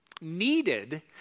needed